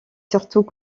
surtout